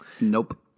Nope